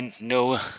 no